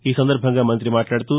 ఈ సందర్బంగా మంత్రి మాట్లాడుతూ